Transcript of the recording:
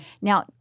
Now